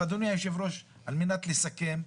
אדוני היושב-ראש, על מנת לסכם,